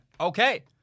okay